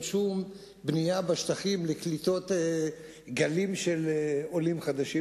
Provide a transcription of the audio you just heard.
שום בנייה בשטחים לקליטת גלים של עולים חדשים,